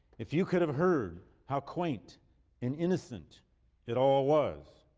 if you could've heard how quaint and innocent it all was.